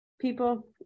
people